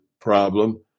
problem